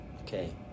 Okay